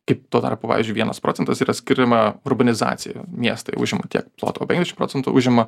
kaip tuo tarpu pavyzdžiui vienas procentas yra skiriama urbanizacijai miestai užima tiek ploto o penkiasdešim procentų užima